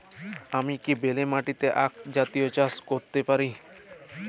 আমি কি বেলে মাটিতে আক জাতীয় চাষ করতে পারি?